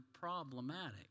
problematic